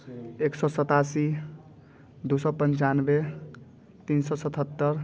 एक सौ सत्तासी दो सौ पंचानवे तीन सौ सतहत्तर